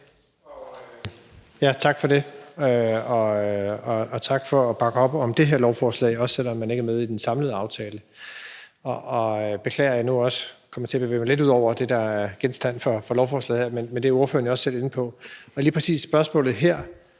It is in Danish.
Tak for det, og tak for at bakke op om det her lovforslag, også selv om man ikke er med i den samlede aftale. Jeg beklager, at jeg nu også kommer til at bevæge mig lidt ud over det, der er genstand for lovforslaget her, men det er ordføreren jo også selv inde på, og det er lige præcis spørgsmålet om